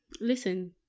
listen